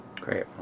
Great